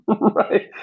Right